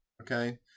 okay